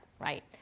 right